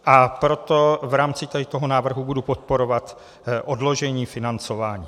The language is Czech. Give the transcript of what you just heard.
A proto v rámci tady toho návrhu budu podporovat odložení financování.